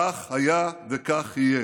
כך היה וכך יהיה.